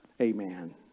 amen